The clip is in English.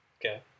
Okay